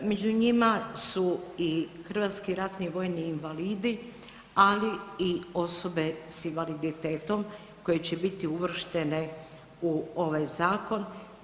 Među njima su i hrvatski ratni vojni invalidi, ali i osobe s invaliditetom koje će biti uvrštene u ovaj zakon.